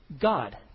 God